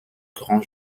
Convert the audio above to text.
grands